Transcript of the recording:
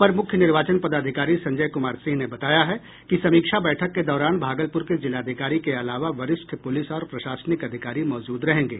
अपर मुख्य निर्वाचन पदाधिकारी संजय कुमार सिंह ने बताया है कि समीक्षा बैठक के दौरान भागलपुर के जिलाधिकारी के अलावा वरिष्ठ पुलिस और प्रशासनिक अधिकारी मौजूद रहेंगे